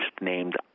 named